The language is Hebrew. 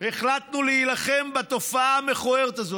החלטנו להילחם בתופעה המכוערת הזאת.